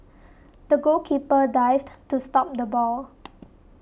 the goalkeeper dived to stop the ball